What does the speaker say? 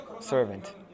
servant